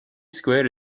squared